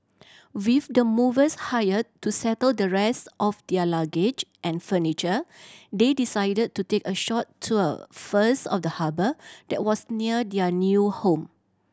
with the movers hired to settle the rest of their luggage and furniture they decided to take a short tour first of the harbour that was near their new home